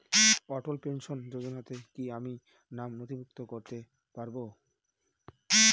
অটল pension যোজনাতে কি আমি নাম নথিভুক্ত করতে পারবো?